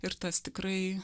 ir tas tikrai